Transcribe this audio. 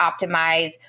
optimize